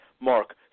Mark